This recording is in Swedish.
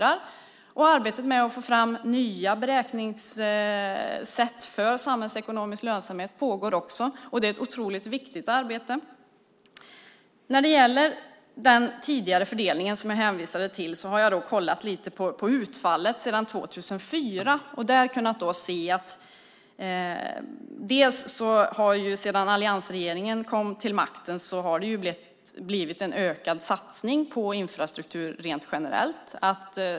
Arbetet med att få fram nya beräkningssätt för samhällsekonomisk lönsamhet pågår också. Det är ett otroligt viktigt arbete. När det gäller den tidigare fördelningen som jag hänvisade till har jag kollat lite på utfallet sedan 2004. Där har jag kunnat se att sedan alliansregeringen kom till makten har det blivit en ökad satsning på infrastruktur rent generellt.